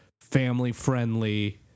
family-friendly